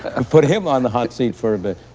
and put him on the hot seat for a bit.